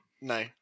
No